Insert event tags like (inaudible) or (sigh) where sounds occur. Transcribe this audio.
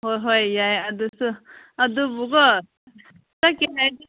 ꯍꯣꯏ ꯍꯣꯏ ꯌꯥꯏ ꯑꯗꯨꯁꯨ ꯑꯗꯨꯕꯨꯀꯣ (unintelligible)